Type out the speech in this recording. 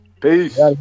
Peace